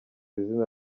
izina